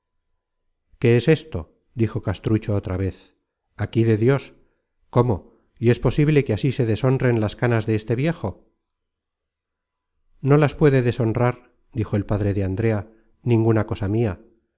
qué es esto dijo castrucho otra vez aquí de dios cómo y es posible que así se deshonren las canas de este viejo no las puede deshonrar dijo el padre de andrea ninguna cosa mia